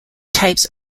types